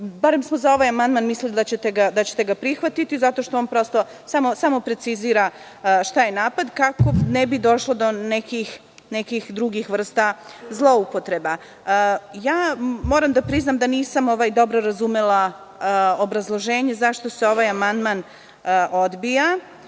Barem smo za ovaj amandman mislili da ćete ga prihvatiti, zato što on prosto samo precizira šta je napad, kako ne bi došlo do nekih drugih vrsta zloupotreba. Moram da priznam da nisam dobro razumela obrazloženje zašto se ovaj amandman odbija.